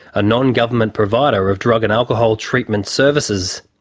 a non-government provider of drug and alcohol treatment services.